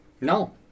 No